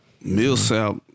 Millsap